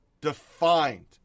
defined